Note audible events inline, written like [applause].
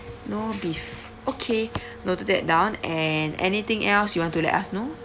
no beef okay [breath] noted that down and anything else you want to let us know